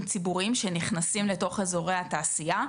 ציבוריים שנכנסים לתוך אזורי התעשייה.